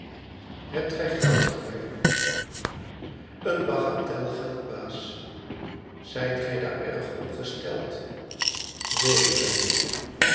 hebt gij geld bij u een bagatel geld baas zijt gij daar erg op gesteld zeker ben ik